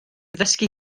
ddysgu